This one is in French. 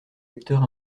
acteurs